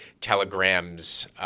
Telegram's